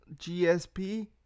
GSP